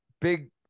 big